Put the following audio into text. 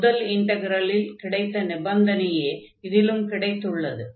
முதல் இன்டக்ரலில் கிடைத்த நிபந்தனையே இதிலும் கிடைத்துள்ளது